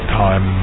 time